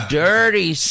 dirty